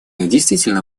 действительно